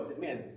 man